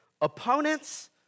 opponents